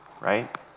right